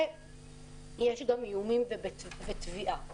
ויש גם איומים בתביעה.